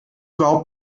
überhaupt